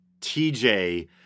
TJ